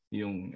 yung